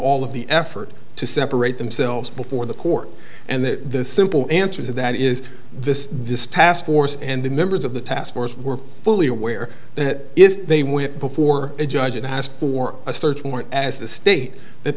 all of the effort to separate themselves before the court and the simple answer to that is this this task force and the members of the task force were fully aware that if they went before a judge and asked for a search warrant as the state that